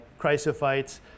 chrysophytes